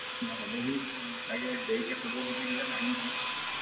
অঁ আপোনাৰ আলহীও চাগে দেৰিকৈ খবৰ দিছে কিজানি আহিম বুলি